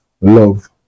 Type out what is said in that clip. love